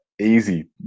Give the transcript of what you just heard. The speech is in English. easy